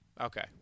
Okay